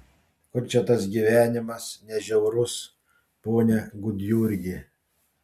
kur čia tas gyvenimas ne žiaurus pone gudjurgi